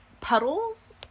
Puddles